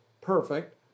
perfect